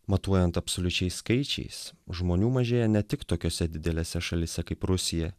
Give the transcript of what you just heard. matuojant absoliučiais skaičiais žmonių mažėja ne tik tokiose didelėse šalyse kaip rusija